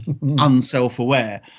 unself-aware